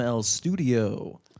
studio